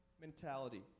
mentality